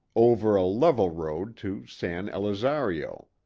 over a level road to san elizario.